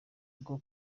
bwo